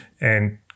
And-